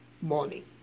morning